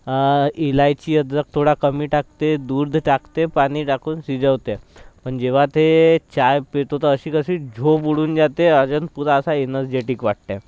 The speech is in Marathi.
इलायची अद्रक थोडा कमी टाकते दूध टाकते पाणी टाकून शिजवते पण जेव्हा ते चाय पितो तर अशी कशी झोप उडून जाते अजून पुरा असा एनर्जेटिक वाटते